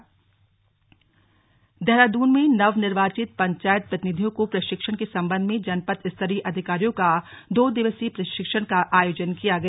पंचायत प्रतिनिधि प्रशिक्षण देहरादून में नवनिर्वाचित पंचायत प्रतिनिधियों को प्रशिक्षण के संबंध में जनपद स्तरीय अधिकारियों का दो दिवसीय प्रशिक्षण का आयोजन किया गया